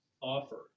offer